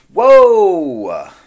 Whoa